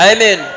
Amen